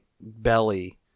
belly